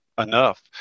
enough